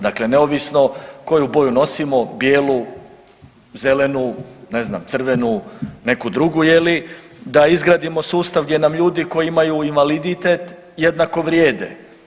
Dakle, neovisno koju boju nosimo bijelu, zelenu ne znam crvenu neku drugu je li, da izgradimo sustav gdje nam ljudi koji imaju invaliditet jednako vrijede.